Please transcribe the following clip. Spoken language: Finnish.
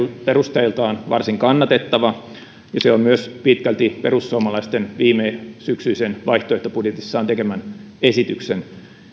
perusteiltaan varsin kannatettava ja se on myös pitkälti perussuomalaisten viimesyksyisessä vaihtoehtobudjetissaan tekemän esityksen